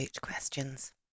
questions